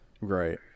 Right